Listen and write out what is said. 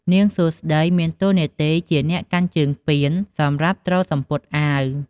នាងសួស្ដីមានតួនាទីជាអ្នកកាន់ជើងពានសម្រាប់ទ្រសំពត់អាវ។